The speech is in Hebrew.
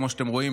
כמו שאתם רואים,